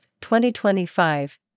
2025